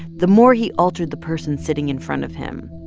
the more he altered the person sitting in front of him,